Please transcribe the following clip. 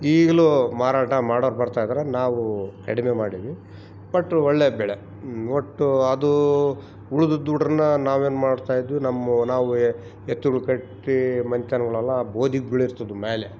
ಈಗಲೂ ಮಾರಾಟ ಮಾಡೋರು ಬರ್ತಾಯಿದಾರೆ ನಾವು ಕಡಿಮೆ ಮಾಡೀವಿ ಬಟ್ ಒಳ್ಳೆ ಬೆಳೆ ಒಟ್ಟು ಅದು ಉಳ್ದದ್ದು ದುಡ್ರನ್ನ ನಾವೇನು ಮಾಡ್ತಯಿದ್ವಿ ನಮ್ಮ ನಾವೇ ಎತ್ತುಗಳ್ ಕಟ್ಟಿ ಮನೆತನ್ಗುಳೆಲ್ಲ ಬೋದಿಗ್ ಬೀಳಿರ್ತಿದ್ವು ಮೇಲೆ